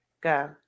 Go